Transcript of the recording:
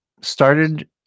started